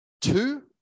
two